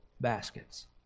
baskets